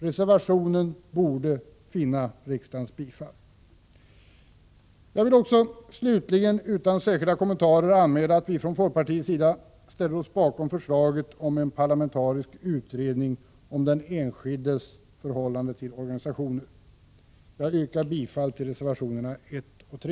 Reservationen borde vinna riksdagens bifall. Jag vill slutligen också utan särskilda kommentarer anmäla att vi från folkpartiets sida ställer oss bakom förslaget om en parlamentarisk utredning om den enskildes förhållande till organisationer. Jag yrkar bifall till reservationerna 1 och 3.